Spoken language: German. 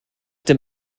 dem